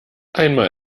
einmal